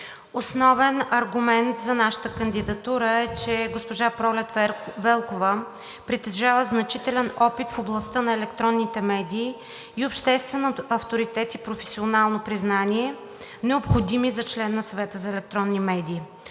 Основен аргумент за нашата кандидатура е, че госпожа Пролет Велкова притежава значителен опит в областта на електронните медии и обществен авторитет и професионално признание, необходими за член на Съвета за електронни медии.